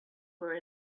were